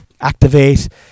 activate